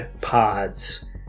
pods